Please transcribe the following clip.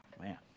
Man